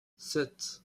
sept